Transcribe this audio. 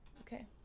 Okay